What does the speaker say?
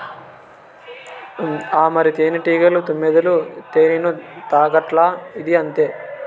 ఆ మరి, తేనెటీగలు, తుమ్మెదలు తేనెను తాగట్లా, ఇదీ అంతే